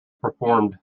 performed